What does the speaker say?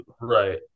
right